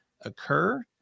occur